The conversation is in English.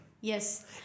Yes